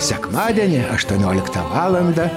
sekmadienį aštuonioliktą valandą